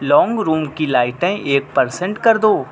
long room کی لائٹیں ایک پرسنٹ کر دو